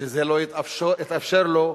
שזה לא יתאפשר לו,